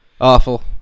Awful